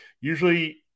usually